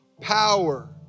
Power